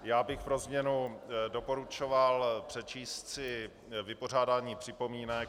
Já bych pro změnu doporučoval přečíst si vypořádání připomínek.